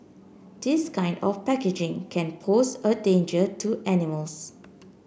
this kind of packaging can pose a danger to animals